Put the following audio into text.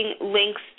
links